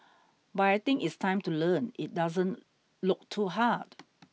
but I think it's time to learn it doesn't look too hard